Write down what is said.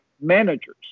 managers